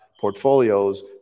portfolios